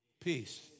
Peace